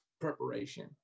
preparation